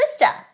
Krista